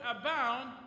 abound